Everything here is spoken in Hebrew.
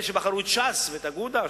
אלה שבחרו את ש"ס ואת אגודה,